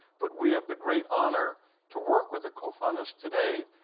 but we have the great honor to work with the kofans today.